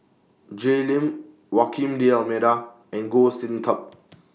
Jay Lim walking D'almeida and Goh Sin Tub